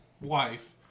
wife